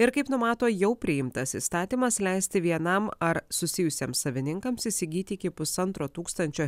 ir kaip numato jau priimtas įstatymas leisti vienam ar susijusiems savininkams įsigyti iki pusantro tūkstančio